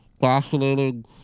fascinating